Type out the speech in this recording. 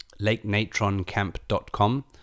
lakenatroncamp.com